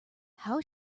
how